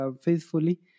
faithfully